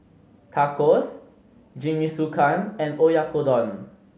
Tacos Jingisukan and Oyakodon